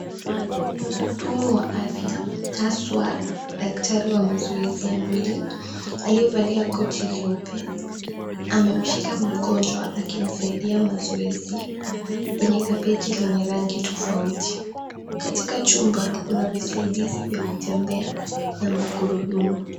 Mhudumu wa afya haswa daktari wa mazoezi ya mwili aliyevalia koti leupe amemshika mgonjwa akimsaidia mazoezi kwenye kapeti lenye rangi tofauti. Katika chumba kuna visaidizi vya kutembea na magurudumu.